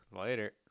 Later